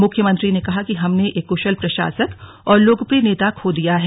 मुख्यमंत्री ने कहा कि हमने एक कुशल प्रशासक और लोकप्रिय नेता खो दिया है